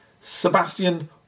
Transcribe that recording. Sebastian